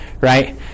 Right